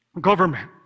Government